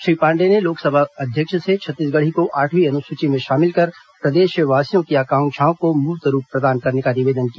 श्री पांडेय ने लोकसभा अध्यक्ष से छत्तीसगढ़ी को आठवीं अनुसूची में शामिल कर प्रदेशवासियों की आकांक्षाओं को मूर्त रूप प्रदान करने का निवेदन किया